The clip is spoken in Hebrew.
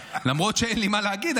למרות שאין לי מה להגיד,